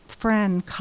Friend